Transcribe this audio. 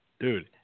Dude